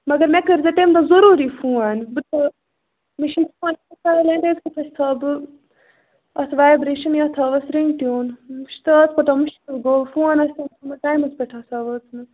مگر مےٚ کٔرۍزیٚو تَمہِ دۄہ ضروٗری فون بہٕ مےٚ چھُ سایلینٛٹ کَتھ تھاوٕ بہٕ اَتھ وایبریشَن یا تھاوَس رِنٛگ ٹیوٗن وُچھتہٕ اَز کوتاہ مُشکِل گوٚو فون آسہِ ہَم تُلمُت ٹایمَس پٮ۪ٹھ آسہٕ ہا وٲژمٕژ